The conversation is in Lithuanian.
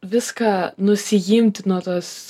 viską nusiimti nuo tos